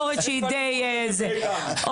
ידי 12N, הוא לחלוטין לא